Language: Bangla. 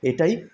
এটাই